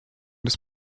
des